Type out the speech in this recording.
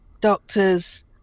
doctors